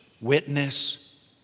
Witness